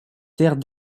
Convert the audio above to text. terres